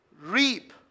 reap